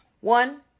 One